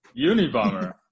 Unibomber